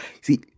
See